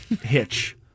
hitch